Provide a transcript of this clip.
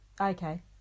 Okay